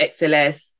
XLS